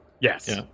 Yes